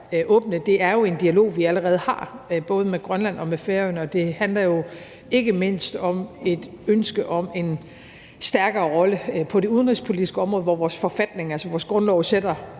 det. Det er jo en dialog, vi allerede har, med både Grønland og Færøerne, og det handler jo ikke mindst om et ønske om en stærkere rolle på det udenrigspolitiske område, hvor vores forfatning, altså vores grundlov, sætter